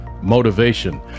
Motivation